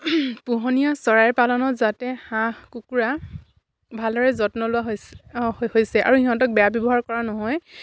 পোহনীয়া চৰাইৰ পালনত যাতে হাঁহ কুকুৰা ভালদৰে যত্ন লোৱা হৈছে আৰু সিহঁতক বেয়া ব্যৱহাৰ কৰা নহয়